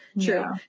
True